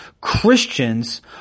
Christians